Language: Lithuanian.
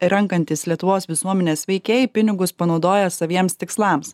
renkantys lietuvos visuomenės veikėjai pinigus panaudoja saviems tikslams